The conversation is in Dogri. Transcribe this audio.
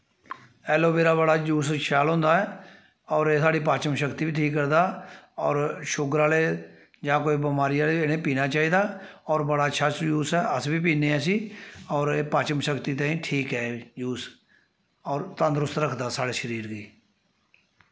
ऐलोवेरा बड़ा जूस शैल होंदा ऐ होर एह् साढ़ी पाचम शक्ति बी ठीक करदा होर शुगर आह्ले जां कोई बमारी आह्ले इ'नें पीना चाहिदा होर बड़ा अच्छा ज़ूस ऐ अस बी पीन्ने इस्सी होर एह् पाचम शक्ति ताहीं ठीक ऐ एह् ज़ूस होर तंदरुस्त रखदा साढ़े शरीर गी